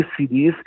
CDs